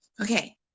okay